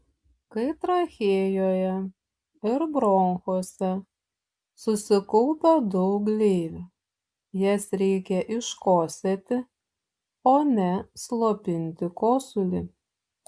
kai trachėjoje ir bronchuose susikaupia daug gleivių jas reikia iškosėti o ne slopinti kosulį